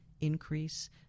increase